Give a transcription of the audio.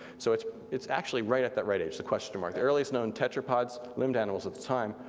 so it's it's actually right at that right edge, the question mark. the earliest-known tetrapods, limbed animals at the time,